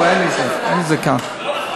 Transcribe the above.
זה לא נכון.